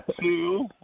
two